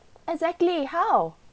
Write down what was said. exactly how